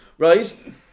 Right